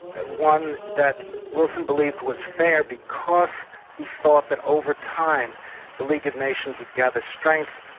and one that wilson believed was fair because he thought that over time the league of nations would gather strength,